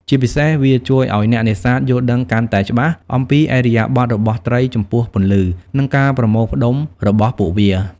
ជាពិសេស វាជួយឱ្យអ្នកនេសាទយល់ដឹងកាន់តែច្បាស់អំពីឥរិយាបថរបស់ត្រីចំពោះពន្លឺ និងការប្រមូលផ្តុំរបស់ពួកវា។